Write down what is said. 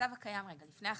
במצב הקיים כרגע,